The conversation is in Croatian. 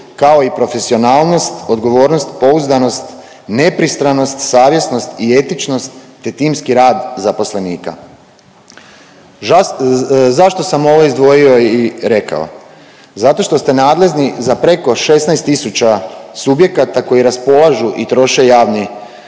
kao i profesionalnost, odgovornost, pouzdanost, nepristranost, savjesnost i etičnost te timski rad zaposlenika. Zašto sam ovo izdvojio i rekao? Zato što ste nadležni za preko 16 tisuća subjekata koji raspolažu i troše javni